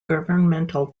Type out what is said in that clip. governmental